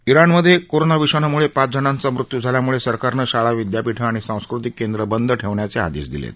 इराणमध्ये कोरोना विषाणुमुळे पाचजणांचा मृत्यू झाल्यामुळे सरकारनं शाळा विद्यापीठं आणि सांस्कृतिक केंद्र बंद ठेवण्याचे आदेश दिले आहेत